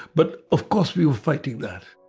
but of course we were fighting that